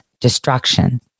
destruction